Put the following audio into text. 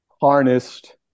harnessed